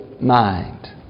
mind